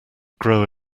grow